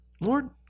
Lord